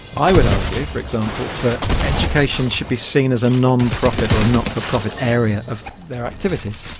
i would argue, for example, that education should be seen as a non-profit or a not-for-profit area of their activities.